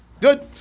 Good